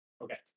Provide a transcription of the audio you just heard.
Okay